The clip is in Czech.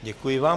Děkuji vám.